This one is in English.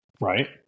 right